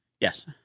Yes